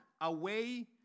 away